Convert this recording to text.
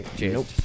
Nope